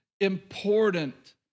important